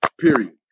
period